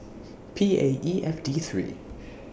P A E F D three